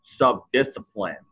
subdiscipline